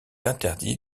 interdit